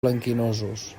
blanquinosos